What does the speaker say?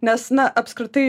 nes na apskritai